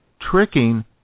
tricking